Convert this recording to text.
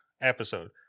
episode